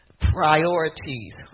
priorities